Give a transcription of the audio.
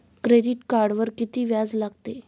Credit कार्डवर किती व्याज लागते?